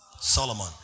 Solomon